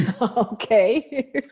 Okay